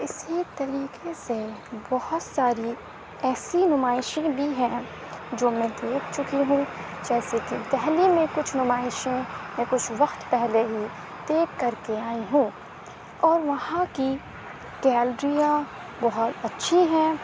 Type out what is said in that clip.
اسی طریقے سے بہت ساری ایسی نمائشیں بھی ہیں جو میں دیکھ چکی ہوں جیسے کہ دہلی میں کچھ نمائشیں میں کچھ وقت پہلے ہی دیکھ کر کے آئی ہوں اور وہاں کی گیلریاں بہت اچھی ہیں